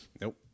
nope